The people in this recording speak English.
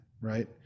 right